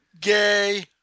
Gay